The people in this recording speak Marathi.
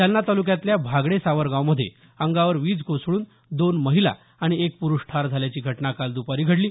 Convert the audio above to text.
जालना ताल्क्यातल्या भागडे सावरगावमध्ये अंगावर वीज कोसळ्रन दोन महिला आणि एक प्रुष ठार झाल्याची घटना काल दपारी घडली